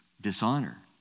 Dishonor